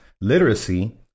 literacy